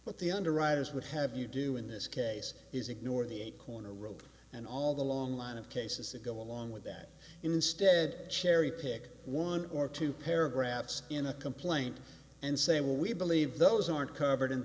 what the underwriters would have you do in this case is ignore the eight corner rope and all the long line of cases that go along with that instead cherry pick one or two paragraphs in a complaint and say well we believe those aren't covered and